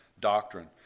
doctrine